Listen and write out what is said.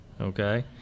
Okay